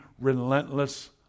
relentless